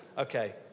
Okay